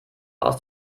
aus